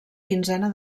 quinzena